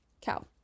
cow